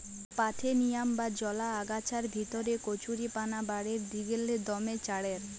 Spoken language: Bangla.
পার্থেনিয়াম বা জলা আগাছার ভিতরে কচুরিপানা বাঢ়্যের দিগেল্লে দমে চাঁড়ের